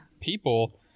people